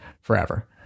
forever